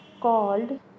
called